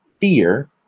fear